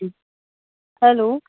hello